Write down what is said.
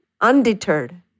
undeterred